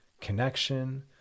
connection